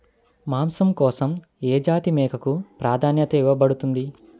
మాంసం కోసం ఏ జాతి మేకకు ప్రాధాన్యత ఇవ్వబడుతుంది?